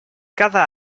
cada